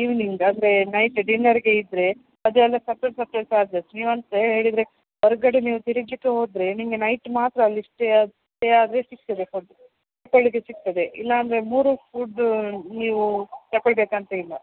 evening ಅಂದರೆ night ಡಿನ್ನರ್ಗೆ ಇದ್ದರೆ ಅದೆಲ್ಲ ಸಪರೇಟ್ ಸಪರೇಟ್ ಚಾರ್ಜಸ್ ನೀವಂತ ಹೇಳಿದರೆ ಹೊರಗಡೆ ನೀವು ತಿರುಗಲಿಕ್ಕೆ ಹೋದರೆ ನಿಮಗೆ ನೈಟ್ ಮಾತ್ರ ಅಲ್ಲಿ ಸ್ಟೇ ಆದ್ ಸ್ಟೇ ಆದರೆ ಸಿಗ್ತದೆ ಫುಡ್ ಬೆಳಿಗ್ಗೆ ಸಿಗ್ತದೆ ಇಲ್ಲ ಅಂದರೆ ಮೂರೂ ಫುಡ್ ನೀವು ತಕೊಳ್ಬೇಕಂತ ಇಲ್ಲ